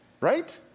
right